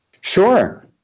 Sure